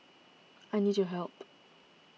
I need your help